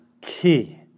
key